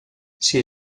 she